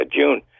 June